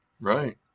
right